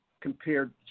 compared